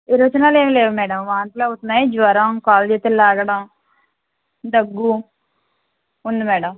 విరోచనాలు ఏమి లేవు మేడం వాంతులు అవుతున్నాయి జ్వరం కాళ్ళు చేతులు లాగడం దగ్గు ఉంది మేడం